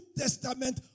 testament